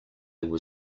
were